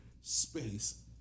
space